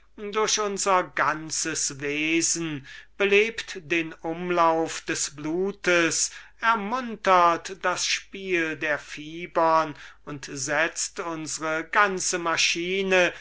durch unser ganzes wesen belebt den umlauf des blutes ermuntert das spiel der fibern und setzt unsre ganze maschine